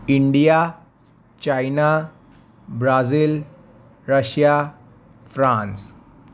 India China Brazil Russia France